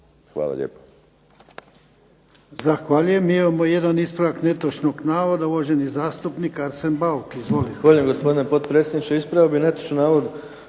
Hvala lijepo.